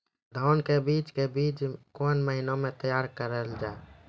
धान के बीज के बीच कौन महीना मैं तैयार करना जाए?